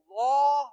law